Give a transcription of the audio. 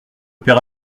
père